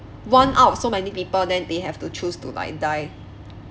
one out of so many people then they have to choose to like die